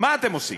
מה אתם עושים?